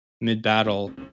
mid-battle